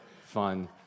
fun